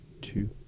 two